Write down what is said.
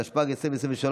התשפ"ג 2023,